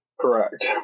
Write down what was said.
Correct